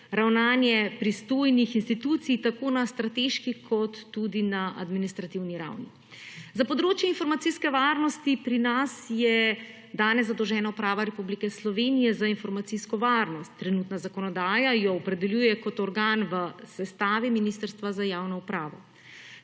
ravnanje pristojnih institucij, tako na strateški kot tudi na administrativni ravni. Za področje informacijske varnosti pri nas je danes zadolžena Uprava Republike Slovenije za informacijsko varnost. Trenutna zakonodaja jo opredeljuje kot organ v sestavi Ministrstva za javno upravo.